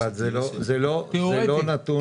זה לא נתון